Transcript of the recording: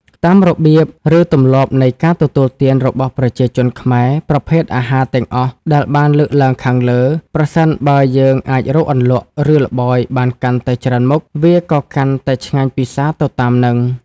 តាមរបៀបឬទម្លាប់នៃការទទួលទានរបស់ប្រជាជនខ្មែរ ប្រភេទអាហារទាំងអស់ដែលបានលើកឡើងខាងលើ ប្រសិនបើយើងអាចរកអន្លក់ ឬល្បោយបានកាន់តែច្រើមុខ វាក៏កាន់តែឆ្ងាញ់ពិសាទៅតាមហ្នឹង។